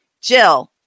Jill